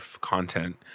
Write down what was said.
content